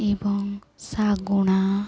ଏବଂ ଶାଗୁଣା